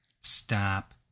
Stop